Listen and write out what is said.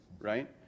right